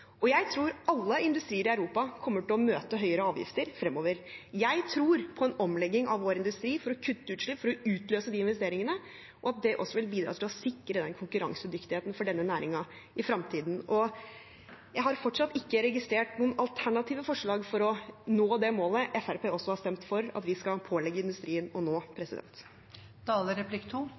Jeg tror alle industrier i Europa kommer til å møte høyere avgifter fremover. Jeg tror på en omlegging av vår industri for å kutte utslipp for å utløse de investeringene, og at det også vil bidra til å sikre konkurransedyktigheten for denne næringen i fremtiden. Jeg har fortsatt ikke registrert noen alternative forslag for å nå det målet også Fremskrittspartiet har stemt for at vi skal pålegge industrien å nå.